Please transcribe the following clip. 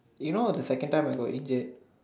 you know of the second time I got injured